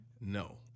No